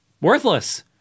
worthless